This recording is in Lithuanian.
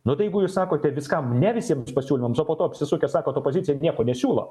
nu ta jeigu jūs sakote viskam ne visiems pasiūlymams o po to apsisukę sakot opozicija nieko nesiūlo